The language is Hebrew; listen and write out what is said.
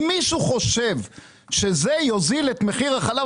אם מישהו חושב שזה יוזיל את מחיר החלב,